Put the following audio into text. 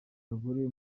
bagore